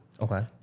Okay